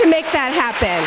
to make that happen